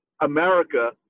America